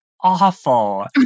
awful